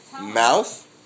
mouth